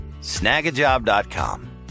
Snagajob.com